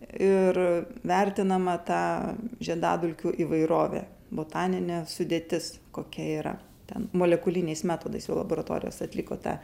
ir vertinama ta žiedadulkių įvairovė botaninė sudėtis kokia yra ten molekuliniais metodais jau laboratorijos atliko tą